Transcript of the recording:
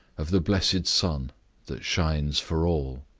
of the blessed sun that shines for all.